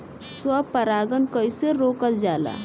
स्व परागण कइसे रोकल जाला?